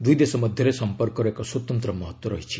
ଦୁଇ ଦେଶ ମଧ୍ୟରେ ସମ୍ପର୍କର ଏକ ସ୍ୱତନ୍ତ୍ର ମହତ୍ୱ ରହିଛି